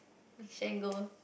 we shan't go